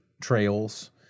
trails